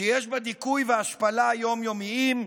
שיש בה דיכוי והשפלה יום-יומיים,